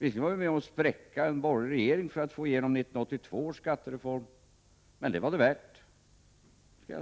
Visserligen behövde vi spräcka en borgerlig regering för att få igenom 1982 års skattereform, men det var det värt. Det